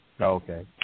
Okay